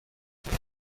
روغنی